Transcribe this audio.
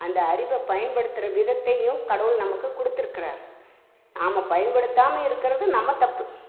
அந்த அறிவை பயன்படுத்துகிற விதத்தையும் கடவுள் நமக்கு கொடுத்துருக்குறாரு நாம் பயன்படுத்தாமல் இருக்கிறது நம தப்பு